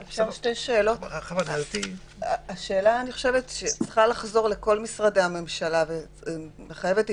אני חושבת שהשאלה שצריכה לחזור לכל משרדי הממשלה וחייבת התייחסות,